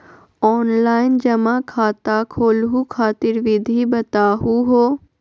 Online जमा खाता खोलहु खातिर विधि बताहु हो?